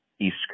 East